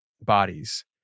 bodies